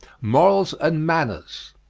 morals and manners.